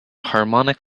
harmonic